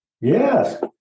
Yes